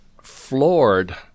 floored